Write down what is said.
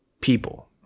people